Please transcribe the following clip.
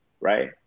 right